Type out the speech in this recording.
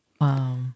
Wow